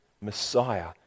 Messiah